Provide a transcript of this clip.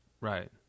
Right